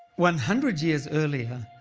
one hundred years earlier,